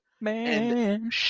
man